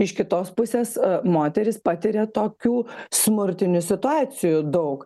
iš kitos pusės moterys patiria tokių smurtinių situacijų daug